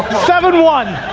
seven, one!